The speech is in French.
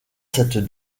cette